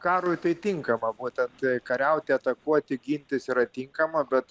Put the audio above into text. karui tai tinkama būtent kariauti atakuoti gintis yra tinkama bet